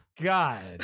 god